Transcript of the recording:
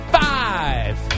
five